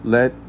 Let